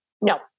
No